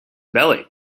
belly